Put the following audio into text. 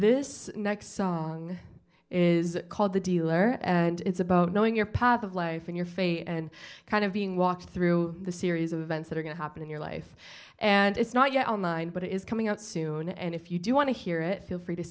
this next song is called the dealer and it's about knowing your path of life in your faith and kind of being walked through the series of events that are going to happen in your life and it's not yet online but it is coming out soon and if you do want to hear it feel free to